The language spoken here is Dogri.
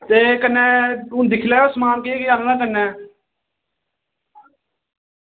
ते कन्नै हून दिक्खी लैयो समान केह् केह् आह्नना कन्नै